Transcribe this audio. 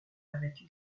avec